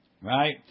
right